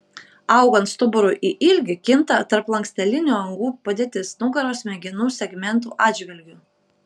augant stuburui į ilgį kinta tarpslankstelinių angų padėtis nugaros smegenų segmentų atžvilgiu